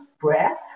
breath